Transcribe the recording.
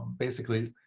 basically,